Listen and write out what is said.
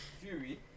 Fury